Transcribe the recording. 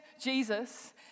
Jesus